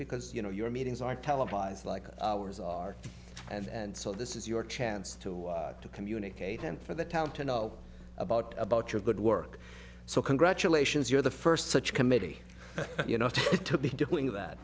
because you know your meetings are televised like ours are and so this is your chance to to communicate and for the town to know about about your good work so congratulations you're the first such committee you know to be doing that